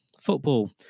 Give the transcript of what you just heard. football